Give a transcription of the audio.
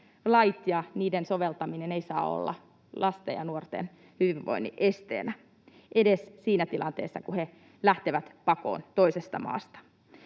lait ja niiden soveltaminen eivät saa olla lasten ja nuorten hyvinvoinnin esteenä — edes siinä tilanteessa, kun he lähtevät pakoon toisesta maasta.